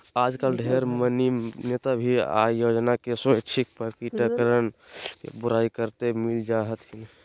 आजकल ढेर मनी नेता भी आय योजना के स्वैच्छिक प्रकटीकरण के बुराई करते मिल जा हथिन